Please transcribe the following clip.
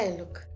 look